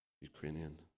Ukrainian